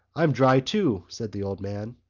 i'm dry too, said the old man.